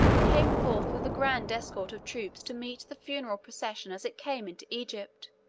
came forth with a grand escort of troops to meet the funeral procession as it came into egypt.